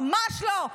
ממש לא.